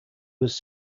was